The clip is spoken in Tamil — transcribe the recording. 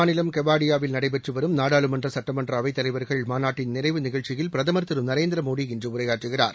மாநிலம் கெவாடியாவில் நடைபெற்று வரும் நாடாளுமன்ற சட்டமன்ற குஜராத் மாநாட்டின் நிறைவு நிகழ்ச்சியில் பிரதமர் திரு நரேந்திர மோடி இன்று அவைத்தலைவர்கள் உரையாற்றுகிறார்